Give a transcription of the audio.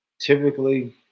Typically